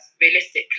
realistically